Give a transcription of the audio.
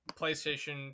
PlayStation